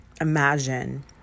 imagine